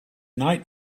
night